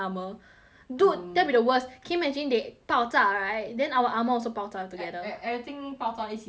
mm dude that'll be the worst can you imagine they 爆炸 right then our armour also 爆炸 together e~ e~ everything 爆炸一起 lah I think